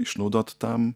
išnaudot tam